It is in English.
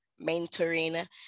mentoring